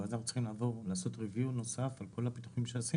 כי צריך לעשות review נוסף על כל הפיתוחים שעשינו.